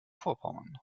vorpommern